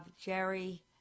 Jerry